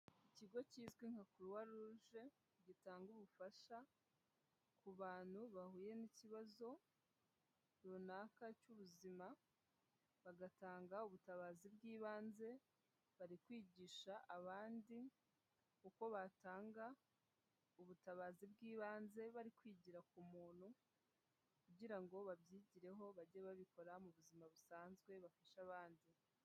Ikigo kizwi nka Croix Rouge gitanga ubufasha ku bantu bahuye n'ikibazo runaka cy'ubuzima, bagatanga ubutabazi bw'ibanze, bari kwigisha abandi uko batanga ubutabazi bw'ibanze bari kwigira ku muntu kugira ngo babyigireho, bajye babikora mu buzima busanzwe bafashe abandi.